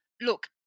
look